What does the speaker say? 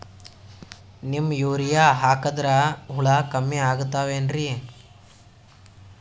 Neem urea ಹಾಕದ್ರ ಹುಳ ಕಮ್ಮಿ ಆಗತಾವೇನರಿ?